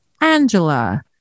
Angela